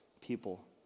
people